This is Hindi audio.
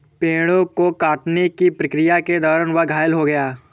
पेड़ों को काटने की प्रक्रिया के दौरान वह घायल हो गया